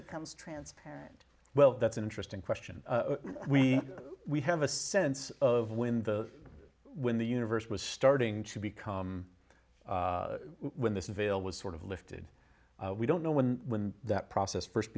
becomes transparent well that's an interesting question we we have a sense of when the when the universe was starting to become when this veil was sort of lifted we don't know when when that process first